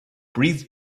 breathe